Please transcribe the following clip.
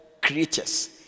creatures